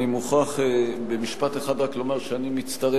אני מוכרח במשפט אחד רק לומר שאני מצטרף,